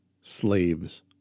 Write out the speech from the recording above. slaves